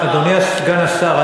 אדוני סגן השר,